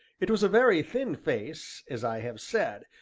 it was a very thin face, as i have said,